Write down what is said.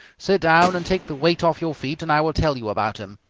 sit down and take the weight off your feet, and i will tell you about him.